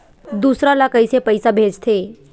दूसरा ला कइसे पईसा भेजथे?